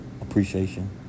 appreciation